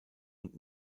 und